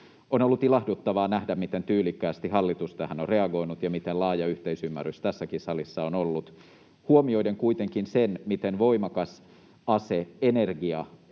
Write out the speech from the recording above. On ollut ilahduttavaa nähdä, miten tyylikkäästi hallitus tähän on reagoinut ja miten laaja yhteisymmärrys tässäkin salissa on ollut. Huomioiden kuitenkin se, miten voimakas ase energia